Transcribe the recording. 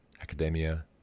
academia